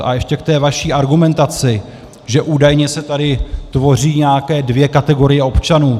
A ještě k té vaší argumentaci, že údajně se tady tvoří nějaké dvě kategorie občanů.